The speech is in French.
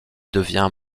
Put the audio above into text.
devient